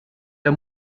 der